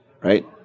right